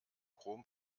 chrome